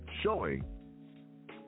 showing